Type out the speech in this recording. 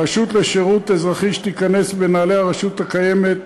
הרשות לשירות אזרחי, שתיכנס בנעלי הרשות הקיימת,